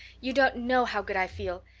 you don't know how good i feel!